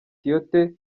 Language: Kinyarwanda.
tiote